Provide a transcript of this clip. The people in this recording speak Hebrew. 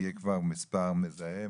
יהיה כבר מספר מזהה,